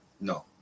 no